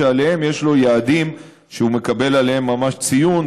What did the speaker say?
שעליהן יש לו יעדים שהוא מקבל עליהם ממש ציון,